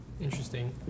Interesting